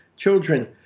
children